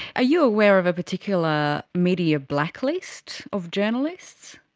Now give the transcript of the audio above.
ah you aware of a particular media blacklist of journalists?